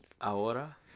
Ahora